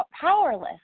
powerless